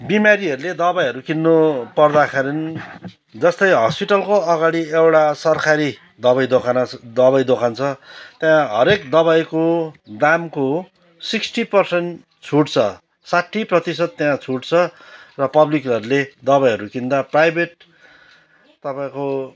बिमारीहरूले दबाईहरू किन्नुपर्दाखेरि जस्तै हस्पिटलको अगाडि एउटा सरकारी दबाई दोकान दबाई दोकान छ त्यहाँ हरेक दबाईको दामको सिक्स्टी पर्सेन्ट छुट छ साठी प्रतिशत त्यहाँ छुट छ र पब्लिकहरूले दबाईहरू किन्दा प्राइभेट तपाईँको